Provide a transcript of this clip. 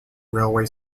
railway